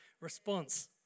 Response